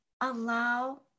allow